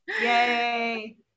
yay